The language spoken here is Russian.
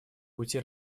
пути